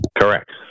Correct